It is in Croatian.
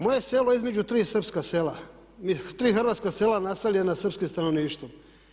Moje selo je između tri srpska sela, tri hrvatska sela naseljena srpskim stanovništvom.